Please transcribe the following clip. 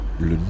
le